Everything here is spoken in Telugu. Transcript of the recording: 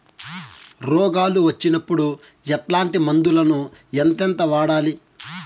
రోగాలు వచ్చినప్పుడు ఎట్లాంటి మందులను ఎంతెంత వాడాలి?